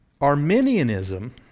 arminianism